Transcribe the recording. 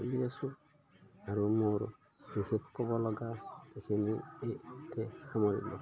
চলি আছোঁ আৰু মোৰ বিশেষ ক'ব লগা এইখিনি ইয়াতে সামৰিলোঁ